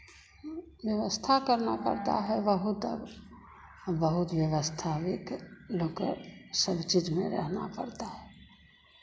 व्यवस्था करना पड़ता है बहुत अब अब बहुत व्यवस्था भी के लोग के सब चीज़ में रहना पड़ता है